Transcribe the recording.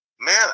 Man